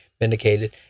vindicated